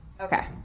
Okay